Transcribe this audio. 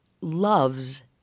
loves